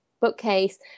bookcase